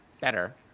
better